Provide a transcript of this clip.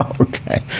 Okay